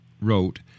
wrote